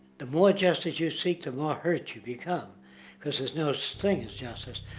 the more justice you seek, the more hurt you become because there's no such thing as justice.